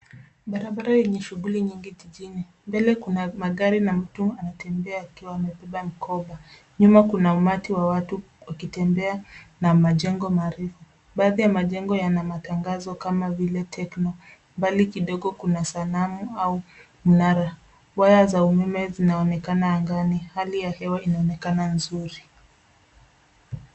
Barabara ina shughuli nyingi jijini. Mbele kuna magari na mtu anayetembea akiwa amebeba mikoba. Nyuma kuna umati wa watu wakitembea na majengo marizi. Baadhi ya majengo yana matangazo kama vile Tekno. Mbali kidogo kuna sanamu au minara. Waya za umeme zinaonekana angani. Hali ya hewa inaonekana nzuri.